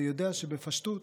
ויודע שבפשטות